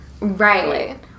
right